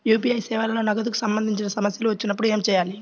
UPI సేవలలో నగదుకు సంబంధించిన సమస్యలు వచ్చినప్పుడు ఏమి చేయాలి?